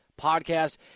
podcast